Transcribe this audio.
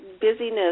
Busyness